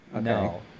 No